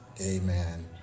amen